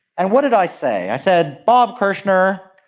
and what did i say? i said bob kirshner,